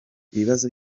ibibazo